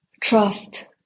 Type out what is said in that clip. trust